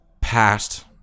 past